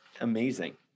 amazing